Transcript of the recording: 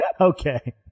Okay